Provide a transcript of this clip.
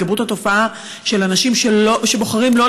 התגברות התופעה של אנשים שבוחרים שלא